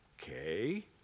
Okay